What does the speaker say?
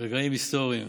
רגעים היסטוריים.